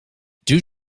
due